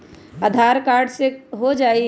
आधार card से हो जाइ?